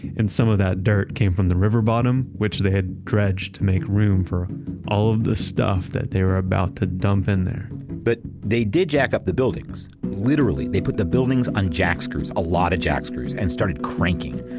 some of that dirt came from the river bottom which they had dredged make room for all of the stuff that they were about to dump in there but they did jack up the buildings. literally, they put the buildings on jack screws, a lot of jack screws, and started cranking.